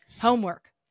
Homework